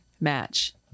match